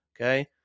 Okay